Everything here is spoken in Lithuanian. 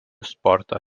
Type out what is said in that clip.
sporto